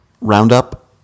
Roundup